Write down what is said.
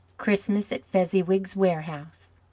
christmas at fezziwig's warehouse.